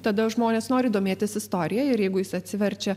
tada žmonės nori domėtis istorija ir jeigu jis atsiverčia